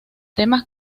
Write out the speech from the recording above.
temas